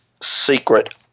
secret